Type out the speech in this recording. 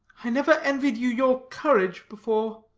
i never envied you your courage before.